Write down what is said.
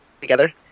together